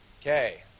Okay